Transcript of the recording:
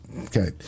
Okay